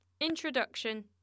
Introduction